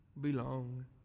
belong